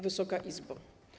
Wysoka Izbo!